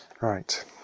Right